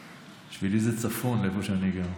בשבילי זה צפון, איפה שאני גר.